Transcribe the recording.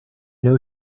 know